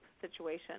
situation